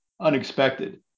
unexpected